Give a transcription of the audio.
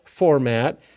format